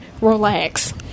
relax